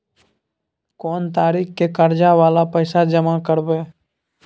कोन तारीख के कर्जा वाला पैसा जमा करबे?